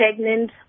pregnant